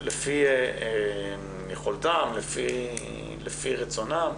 לפי יכולתם, לפי רצונם,